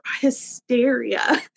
hysteria